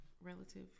relative